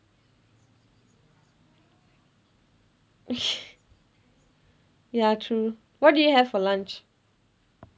ya true what did you have for lunch